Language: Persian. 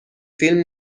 فیلم